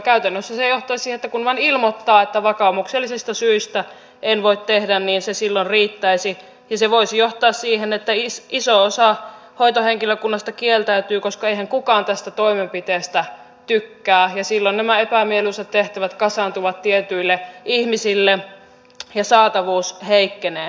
käytännössä se johtaisi siihen että kun vain ilmoittaa että vakaumuksellisista syistä en voi tehdä niin se silloin riittäisi ja se voisi johtaa siihen että iso osa hoitohenkilökunnasta kieltäytyy koska eihän kukaan tästä toimenpiteestä tykkää ja silloin nämä epämieluisat tehtävät kasaantuvat tietyille ihmisille ja saatavuus heikkenee